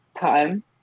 time